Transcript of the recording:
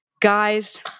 Guys